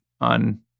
on